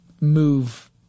move